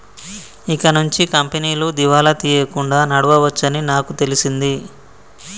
ఇకనుంచి కంపెనీలు దివాలా తీయకుండా నడవవచ్చని నాకు తెలిసింది